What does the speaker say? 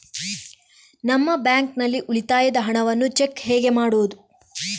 ನಮ್ಮ ಬ್ಯಾಂಕ್ ನಲ್ಲಿ ಉಳಿತಾಯದ ಹಣವನ್ನು ಚೆಕ್ ಹೇಗೆ ಮಾಡುವುದು?